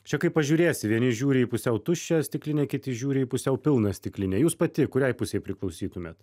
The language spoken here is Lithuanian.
čia kaip pažiūrėsi vieni žiūri į pusiau tuščią stiklinę kiti žiūri į pusiau pilną stiklinę jūs pati kuriai pusei priklausytumėt